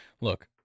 look